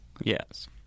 Yes